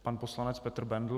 Pan poslanec Petr Bendl.